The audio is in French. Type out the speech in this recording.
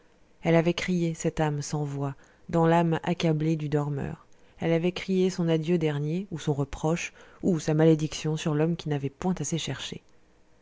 elle avait crié cette âme sans voix dans l'âme accablée du dormeur elle avait crié son adieu dernier ou son reproche ou sa malédiction sur l'homme qui n'avait point assez cherché